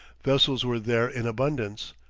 vessels were there in abundance,